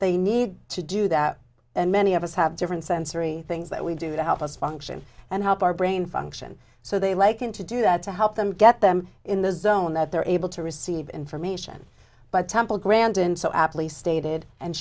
they need to do that and many of us have different sensory things that we do to help us function and help our brain function so they like him to do that to help them get them in the zone that they're able to receive information by temple grandin so aptly stated and